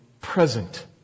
present